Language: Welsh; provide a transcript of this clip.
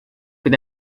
fydd